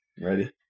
Ready